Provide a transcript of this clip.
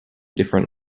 different